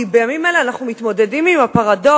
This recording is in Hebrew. כי בימים אלה אנחנו מתמודדים עם הפרדוקס